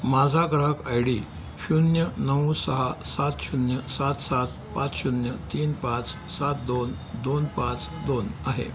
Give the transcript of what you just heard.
माझा ग्राहक I D शून्य नऊ सहा सात शून्य सात सात पाच शून्य तीन पाच सात दोन दोन पाच दोन आहे